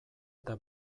eta